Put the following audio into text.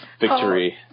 victory